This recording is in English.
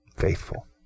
Faithful